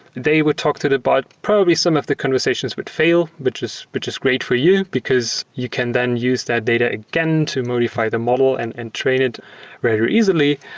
they would talk to the bot. probably some of the conversations would fail, which is which is great for you, because you can then use that data again to modify the model and and train it rather easily.